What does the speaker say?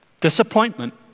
disappointment